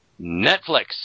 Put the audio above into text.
Netflix